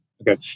Okay